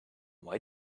why